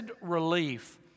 relief